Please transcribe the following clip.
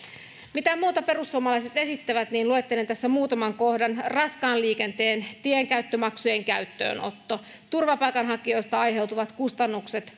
mitä muuta perussuomalaiset esittävät luettelen tässä muutaman kohdan raskaan liikenteen tienkäyttömaksujen käyttöönotto turvapaikanhakijoista aiheutuvat kustannukset